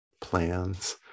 plans